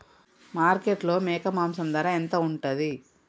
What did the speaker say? మార్కెట్లో మేక మాంసం ధర ఎంత ఉంటది?